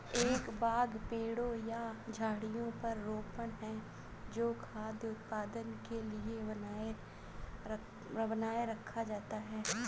एक बाग पेड़ों या झाड़ियों का रोपण है जो खाद्य उत्पादन के लिए बनाए रखा जाता है